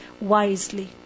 wisely